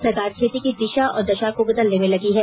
सरकार खेती की दिशा और दशा को बदलने में लगी है